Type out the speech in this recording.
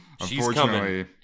unfortunately